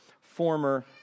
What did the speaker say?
former